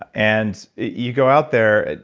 ah and you go out there,